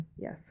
Yes